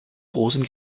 großen